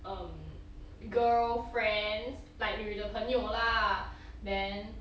um girl friends like 女的朋友 lah then